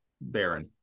baron